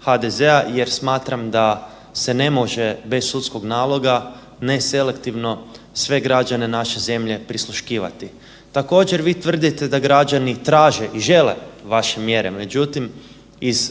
HDZ-a jer smatram da se ne može bez sudskog naloga neselektivno sve građane naše zemlje prisluškivati. Također vi tvrdite da građani traže i žele vaše mjere, međutim iz